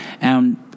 And-